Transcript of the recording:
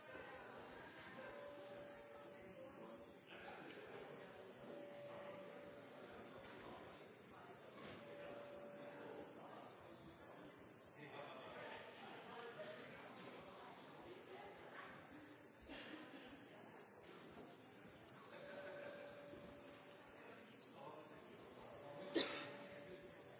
Råd,